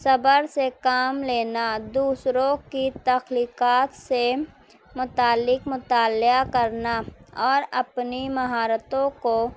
صبر سے کام لینا دوسروں کی تخلیقات سے متعلق مطالعہ کرنا اور اپنی مہارتوں کو